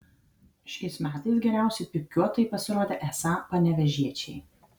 šiais metais geriausi pypkiuotojai pasirodė esą panevėžiečiai